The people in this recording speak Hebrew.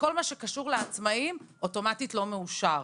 שכל מה שקשור לעצמאים, אוטומטית לא מאושר.